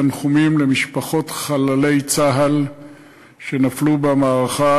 תנחומים למשפחות חללי צה"ל שנפלו במערכה,